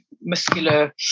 muscular